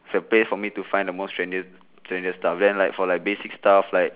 is the place for me to find the most trendiest trendiest stuff then like for like basic stuff like